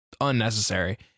unnecessary